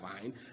fine